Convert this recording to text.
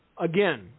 again